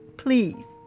please